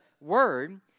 Word